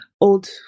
old